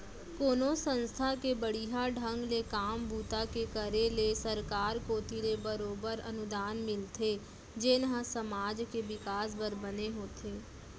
कोनो संस्था के बड़िहा ढंग ले काम बूता के करे ले सरकार कोती ले बरोबर अनुदान मिलथे जेन ह समाज के बिकास बर बने होथे